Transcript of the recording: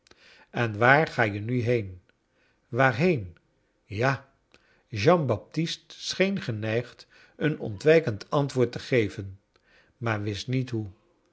en waar ga je nu heen waarheen ja jean baptist scheen geneigd een ontwiikend antwoord te geven maar wist niet hoe